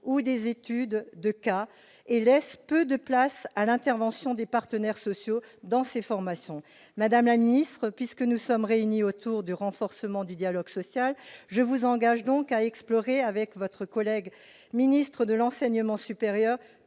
ou les études de cas, et laisse peu de place à l'intervention des partenaires sociaux dans ces formations. Madame la ministre, puisque nous sommes réunis autour du « renforcement du dialogue social », je vous engage à explorer avec votre collègue ministre de l'enseignement supérieur